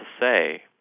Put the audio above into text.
say